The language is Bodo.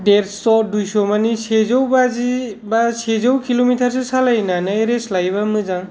देरस' दुइस' मानि सेजौ बाजि बा सेजौ किल'मिटार सो सालायनानै रेस्ट लायोबा मोजां